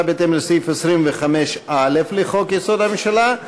בהתאם לסעיף 25(א) לחוק-יסוד: הממשלה,